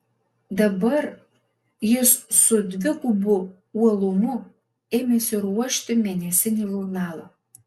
dabar jis su dvigubu uolumu ėmėsi ruošti mėnesinį žurnalą